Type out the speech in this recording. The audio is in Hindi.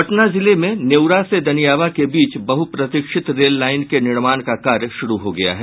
पटना जिले में नेऊरा से दनियावां के बीच बहप्रतीक्षित रेल लाईन के निर्माण का कार्य श्रू हो गया है